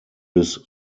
bis